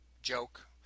joke